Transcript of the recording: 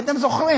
כי אתם זוכרים,